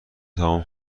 تموم